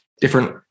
different